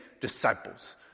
disciples